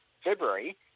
February